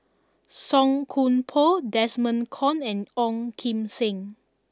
Song Koon Poh Desmond Kon and Ong Kim Seng